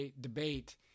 debate